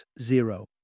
Zero